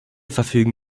verfügen